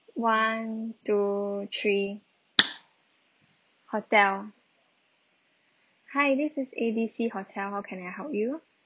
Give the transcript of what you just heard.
one two three hotel hi this is A_B_C hotel how can I help you